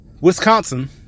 wisconsin